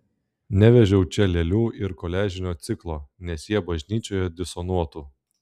nevežiau čia lėlių ir koliažinio ciklo nes jie bažnyčioje disonuotų